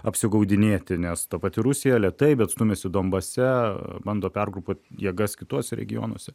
apsigaudinėti nes ta pati rusija lėtai bet stumiasi donbase bando pergrupuot jėgas kituose regionuose